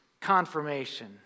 confirmation